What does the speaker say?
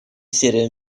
серию